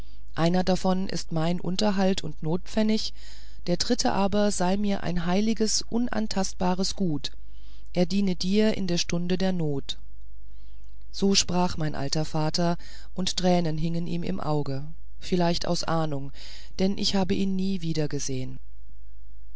einer davon sei mein unterhalt und notpfennig der dritte aber sei mir ein heiliges unantastbares gut er diene dir in der stunde der not so sprach mein alter vater und tränen hingen ihm im auge vielleicht aus ahnung denn ich habe ihn nie